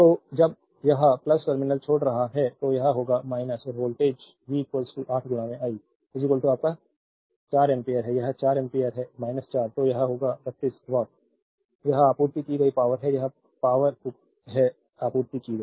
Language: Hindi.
तो जब यह टर्मिनल छोड़ रहा है तो यह होगा और वोल्टेज V 8 I आपका 4 एम्पियर है यह 4 एम्पीयर है 4 तो यह होगा 32 वाट यह आपूर्ति की गई पावरहै यह पावरहै आपूर्ति की गई